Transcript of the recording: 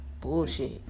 bullshit